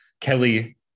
Kelly